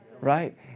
right